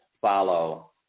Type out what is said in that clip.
follow